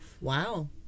Wow